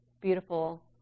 beautiful